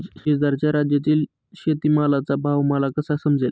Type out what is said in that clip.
शेजारच्या राज्यातील शेतमालाचा भाव मला कसा समजेल?